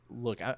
look